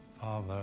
Father